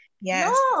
Yes